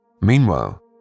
Meanwhile